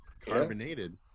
carbonated